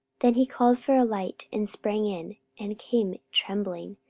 then he called for a light, and sprang in, and came trembling,